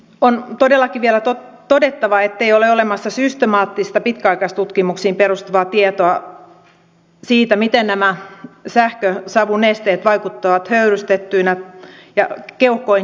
on todellakin vielä todettava ettei ole olemassa systemaattista pitkäisaikaistutkimuksiin perustuvaa tietoa siitä miten nämä sähkösavunesteet vaikuttavat höyrystettyinä ja keuhkoihin hengitettyinä